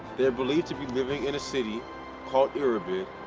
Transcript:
they're believed to be living in a city called iribid